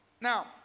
Now